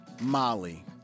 Molly